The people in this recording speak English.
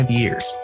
years